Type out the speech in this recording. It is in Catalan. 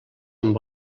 amb